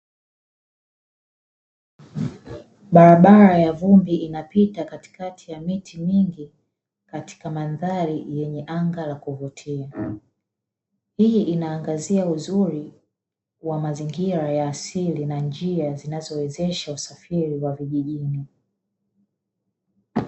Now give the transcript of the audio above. Barabara ya vumbi inapita katikati ya miti mingi katika mandhari yenye anga la kuvutia, hii inaangazia uzuri wa mazingira ya asili na njia zinazowezesha usafiri wa vijijini.